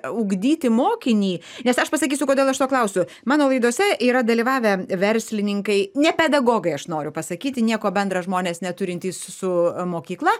ugdyti mokinį nes aš pasakysiu kodėl aš to klausiu mano laidose yra dalyvavę verslininkai ne pedagogai aš noriu pasakyti nieko bendra žmonės neturintys su mokykla